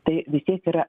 tai vis tiek yra